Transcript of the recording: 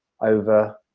over